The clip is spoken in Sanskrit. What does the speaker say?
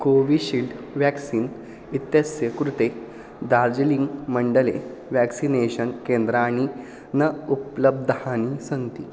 कोविशिल्ड् व्याक्सिन् इत्यस्य कृते दार्जलिङ्ग् मण्डले व्याक्सिनेषन् केन्द्राणि न उपलब्धानि सन्ति